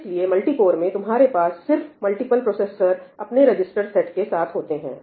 इसलिए multi core में तुम्हारे पास सिर्फ मल्टीपल प्रोसेसर अपने रजिस्टर सेट के साथ होते हैं